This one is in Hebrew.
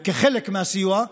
כחלק מהסיוע,